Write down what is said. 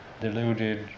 deluded